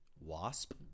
Wasp